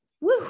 Woo